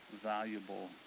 valuable